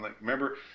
remember